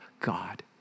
God